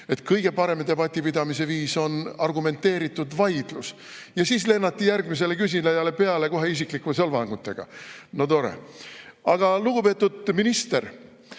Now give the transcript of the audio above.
et kõige parem debati pidamise viis on argumenteeritud vaidlus, ja siis lennati järgmisele küsijale peale kohe isiklike solvangutega. No tore! Aga, lugupeetud minister,